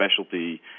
specialty